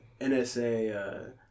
NSA